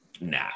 nah